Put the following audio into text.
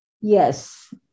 Yes